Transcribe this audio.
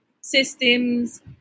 systems